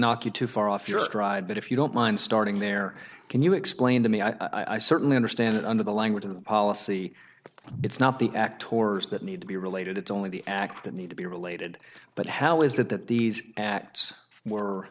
knock you too far off your stride but if you don't mind starting there can you explain to me i certainly understand that under the language of the policy it's not the act tours that need to be related it's only the act that need to be related but how is it that these acts were